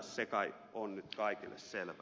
se kai on nyt kaikille selvä